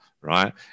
right